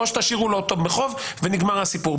או שתשאירו אותו בחוב ונגמר הסיפור.